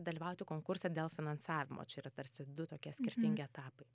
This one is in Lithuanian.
dalyvauti konkurse dėl finansavimo čia yra tarsi du tokie skirtingi etapai